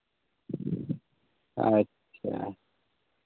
ᱟᱪᱪᱷᱟ